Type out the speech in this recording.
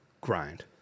Grind